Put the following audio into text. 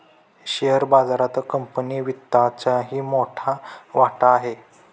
share बाजारात company वित्तचाही मोठा वाटा आहे